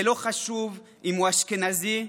ולא חשוב אם הוא אשכנזי,